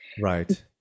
Right